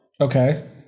Okay